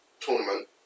tournament